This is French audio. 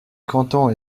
canton